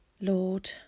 Lord